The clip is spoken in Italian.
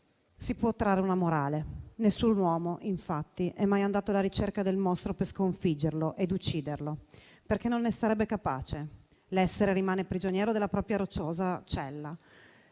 si può trarre una morale: nessun uomo, infatti, è mai andato alla ricerca del mostro per sconfiggerlo e ucciderlo, perché non ne sarebbe capace. L'essere rimane prigioniero della propria rocciosa cella,